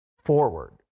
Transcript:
forward